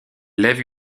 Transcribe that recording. lève